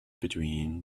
between